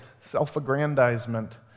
self-aggrandizement